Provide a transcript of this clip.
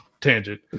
tangent